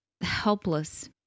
helpless